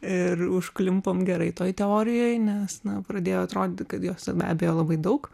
ir užklimpom gerai toj teorijoj nes na pradėjo atrodyt kad jos be abejo labai daug